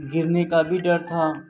گرنے کا بھی ڈر تھا